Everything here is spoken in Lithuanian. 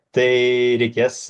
tai reikės